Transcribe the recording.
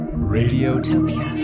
radiotopia